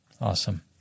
Awesome